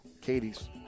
Katie's